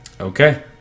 Okay